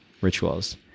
rituals